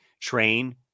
train